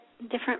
Different